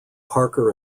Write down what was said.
parker